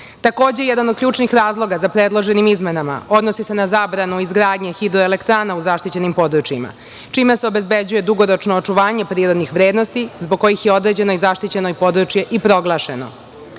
jedan od ključnih razloga za predlože izmene odnosi se na zabranu izgradnje hidroelektrana u zaštićenim područjima, čime se obezbeđuje dugoročno očuvanje prirodnih vrednosti zbog kojih je određeno zaštićeno područje i proglašeno. Izmenama